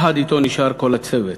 יחד אתו נשאר כל הצוות.